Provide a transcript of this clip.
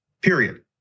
period